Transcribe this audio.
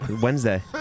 Wednesday